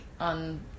on